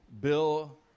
Bill